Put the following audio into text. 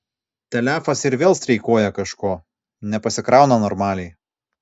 telefas ir vėl streikuoja kažko nepasikrauna normaliai